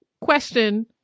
question